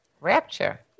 Rapture